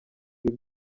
ibi